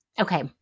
Okay